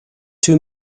two